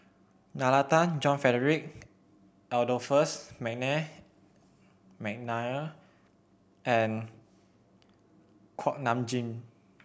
Nalla Tan John Frederick Adolphus McNair and Kuak Nam Jin